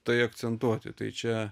tai akcentuoti tai čia